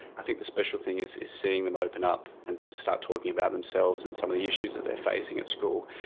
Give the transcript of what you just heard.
i think the special thing is is seeing them open up and start talking about themselves and some of the issues that they're facing at school,